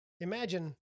imagine